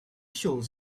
shows